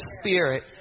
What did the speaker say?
spirit